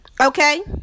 Okay